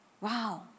Wow